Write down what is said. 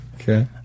Okay